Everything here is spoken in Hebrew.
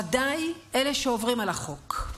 ודאי אלה שעוברים על החוק.